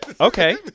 Okay